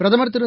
பிரதமர் திரு